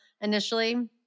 initially